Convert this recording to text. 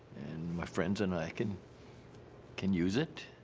my friends and i can can use it.